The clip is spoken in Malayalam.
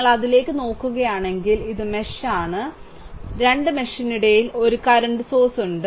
നിങ്ങൾ അതിലേക്ക് നോക്കുകയാണെങ്കിൽ ഇത് മെഷ് ആണ് ഇത് ഒരു മെഷ് ആണ് രണ്ട് മെഷിന് ഇടയിൽ 1 കറന്റ് സോഴ്സ് ഉണ്ട്